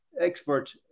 expert